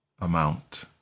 amount